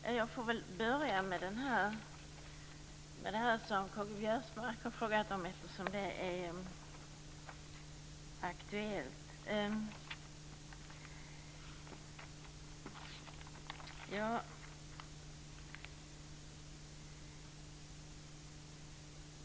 Fru talman! Jag får börja med det som K-G Biörsmark har frågat om, eftersom det är aktuellt.